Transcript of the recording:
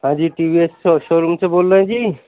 ہاں جی TVS showroom سے بول رہے ہیں جی